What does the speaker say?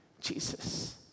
Jesus